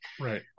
right